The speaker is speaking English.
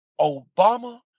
Obama